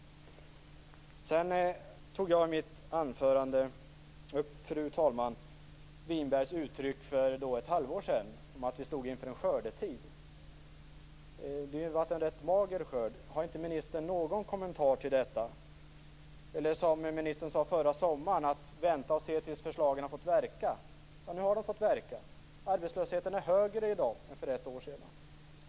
Jag tog, fru talman, i mitt anförande upp Winbergs uttryck för ett halvår sedan om att vi stod inför en skördetid. Det har varit en rätt mager skörd. Har inte ministern någon kommentar till detta? Förra sommaren sade ministern: Vänta och se tills förslagen har fått verka. Nu har de fått verka. Arbetslösheten är högre i dag än för ett år sedan.